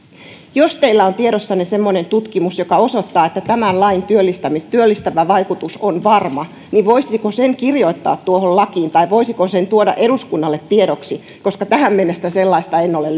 jos teillä on tiedossanne semmoinen tutkimus joka osoittaa että tämän lain työllistävä vaikutus on varma voisiko sen kirjoittaa tuohon lakiin tai voisiko sen tuoda eduskunnalle tiedoksi koska tähän mennessä sellaista en ole